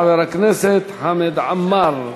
חבר הכנסת חמד עמאר.